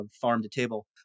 farm-to-table